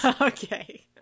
okay